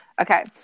Okay